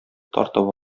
тартып